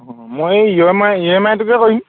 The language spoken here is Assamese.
অ মই ইয় এম আই ই এম আইটোকে কৰিম